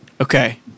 Okay